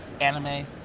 anime